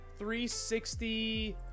360